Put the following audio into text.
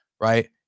right